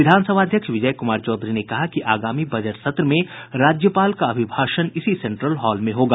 विधानसभा अध्यक्ष विजय क्मार चौधरी ने कहा कि आगामी बजट सत्र में राज्यपाल का अभिभाषण इसी सेंट्रल हॉल में होगा